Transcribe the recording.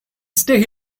stay